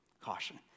Caution